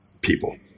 people